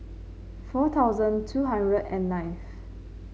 four thousand two hundred and ninth